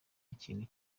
ikindi